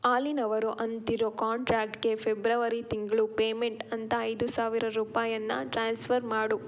ಹಾಲಿನವರು ಅಂತಿರೋ ಕ್ವಾಂಟ್ರ್ಯಾಕ್ಟ್ಗೆ ಫೆಬ್ರವರಿ ತಿಂಗಳ ಪೇಮೆಂಟ್ ಅಂತ ಐದು ಸಾವಿರ ರೂಪಾಯನ್ನು ಟ್ರಾನ್ಸ್ಫರ್ ಮಾಡು